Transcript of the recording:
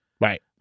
right